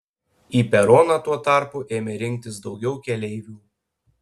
į peroną tuo tarpu ėmė rinktis daugiau keleivių